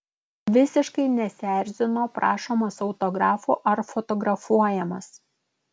visiškai nesierzino prašomas autografų ar fotografuojamas